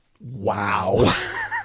Wow